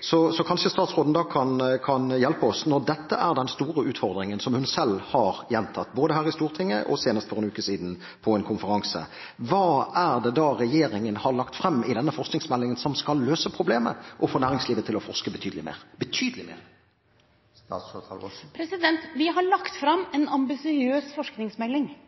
Så kanskje statsråden da kan hjelpe oss, når dette er den store utfordringen som hun selv har gjentatt både her i Stortinget og senest for noen uker siden på en konferanse: Hva er det regjeringen har lagt frem i denne forskningsmeldingen som skal løse problemet og få næringslivet til å forske betydelig mer – betydelig mer? Vi har lagt fram en ambisiøs forskningsmelding